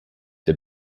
der